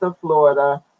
Florida